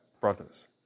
brothers